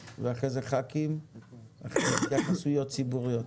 המשפטית, משרד הבריאות.